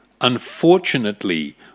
Unfortunately